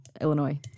Illinois